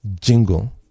jingle